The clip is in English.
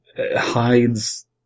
hides